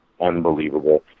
unbelievable